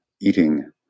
eating